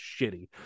shitty